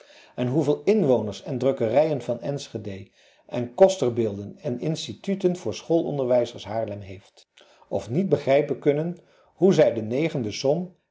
en hoeveel inwoners en drukkerijen van enschedé en kostersbeelden en instituten voor schoolonderwijzers haarlem heeft of niet begrijpen kunnen hoe zij de de som